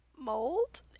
mold